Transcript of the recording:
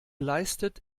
leistet